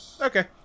okay